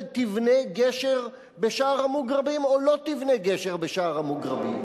תבנה גשר בשער המוגרבים או לא תבנה גשר בשער המוגרבים.